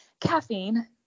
caffeine